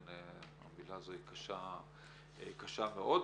המילה הזו קשה מאוד.